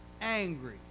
angry